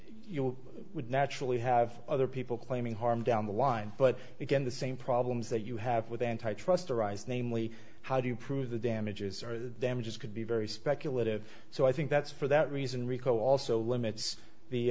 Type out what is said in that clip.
you would naturally have other people claiming harm down the line but again the same problems that you have with antitrust arise namely how do you prove the damages damages could be very speculative so i think that's for that reason rico also limits the